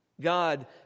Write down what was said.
God